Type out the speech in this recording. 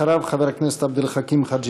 אחריו, חבר הכנסת עבד אל חכים חאג'